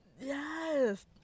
Yes